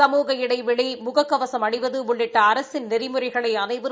சமூக இடைவெளி முக கவசம் அணிவது உள்ளிட்ட அரசின் நெறிமுறைகளை அனைவரும்